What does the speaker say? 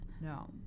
No